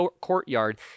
courtyard